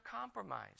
compromised